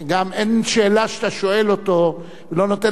לך לפרטי פרטים את כל הנעשה במשרד שלו.